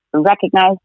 recognize